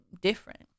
different